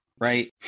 Right